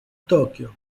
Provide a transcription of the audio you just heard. tokyo